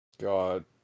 God